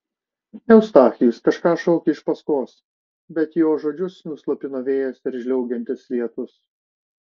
eustachijus kažką šaukė iš paskos bet jo žodžius nuslopino vėjas ir žliaugiantis lietus